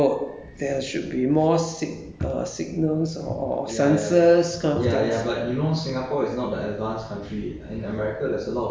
um 很多的硬体的东西 mah even along the road there should be more sig~ uh signals or sciences kind of things